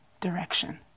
direction